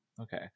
Okay